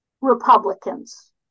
republicans